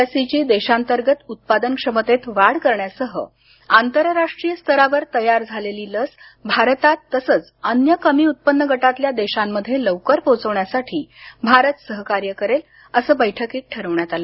लसीच्या देशांतर्गत उत्पादन क्षमतेत वाढ करण्यासह आंतरराष्ट्रीय स्तरावर तयार झालेली लस भारतात तसंच अन्य कमी उत्पन्न गटातल्या देशांमध्ये लवकर पोहोचवण्यासाठी भारत सहकार्य करेल असं बैठकीत ठरवण्यात आलं